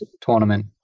Tournament